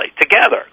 together